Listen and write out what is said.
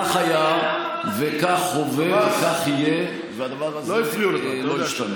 כך היה, כך הווה וכך יהיה, והדבר הזה לא ישתנה.